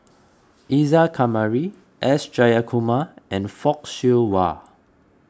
Isa Kamari S Jayakumar and Fock Siew Wah